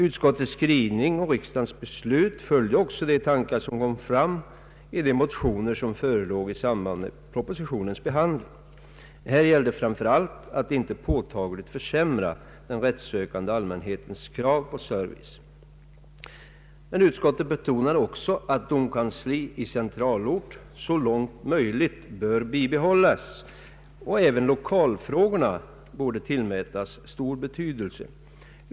Utskottets skrivning och riksdagens beslut följde också de tankar som kom fram i de motioner som förelåg i samband med propositionens behandling. Här gällde framför allt att inte påtagligt försämra den rättssökande allmänhetens krav på service. Utskottet betonade också att domkansli i centralort så långt möjligt bör bibehållas. Även lokalfrågorna bör tillmätas stor betydelse.